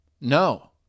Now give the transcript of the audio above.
no